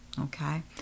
okay